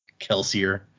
Kelsier